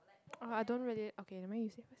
ah I don't really okay never mind you say first